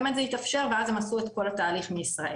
באמת זה התאשר ואז הם עשו את כל התהליך מישראל.